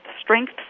strengths